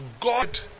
God